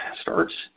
starts